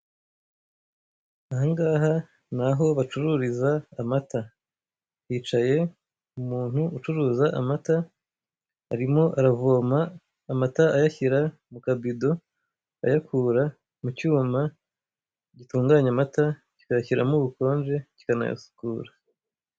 Aha ngaha ni aho bacururiza amata. Hicaye umuntu ucuruza amata, arimo aravoma amata ayashyira mu kabido, ayakura mu cyuma gitunganya amata, kikayashyiramo ubukonje, kikanayasukura.